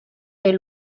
des